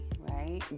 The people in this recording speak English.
right